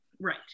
Right